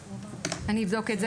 אני אבדוק את זה